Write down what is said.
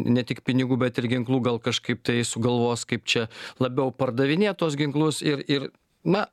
ne tik pinigų bet ir ginklų gal kažkaip tai sugalvos kaip čia labiau pardavinėt tuos ginklus ir ir na